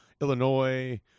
Illinois